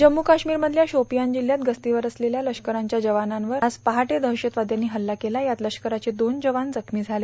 जम्मू काश्मीरमधल्या शोपियान जिल्ह्यात गस्तीवर असलेल्या लष्कराच्या जवानांवर आज पहाटे दहशतवायांनी हल्ला केला यात लष्कराचे दोन जवान जखमी झाले